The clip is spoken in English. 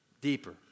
deeper